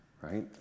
right